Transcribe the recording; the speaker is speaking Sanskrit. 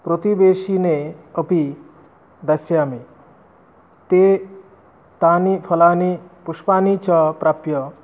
प्रतिवेशिने अपि दास्यामि ते तानि फलानि पुष्पाणि च प्राप्य